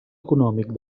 econòmic